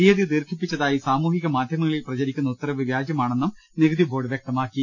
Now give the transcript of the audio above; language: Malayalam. തീയതി ദീർഘിപ്പിച്ചതായി സാമൂഹിക മാധ്യമങ്ങളിൽ പ്രചരിക്കുന്ന ഉത്തരവ് വ്യാജമാണെന്നും നികുതി ബോർഡ് വ്യക്തമാക്കി